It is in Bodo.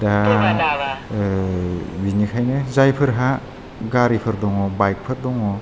दा बिनिखायनो जायफोरहा गारिफोर दङ बाइकफोर दङ